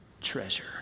treasure